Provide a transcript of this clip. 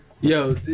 yo